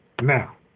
Now